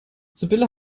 sibylle